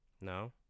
No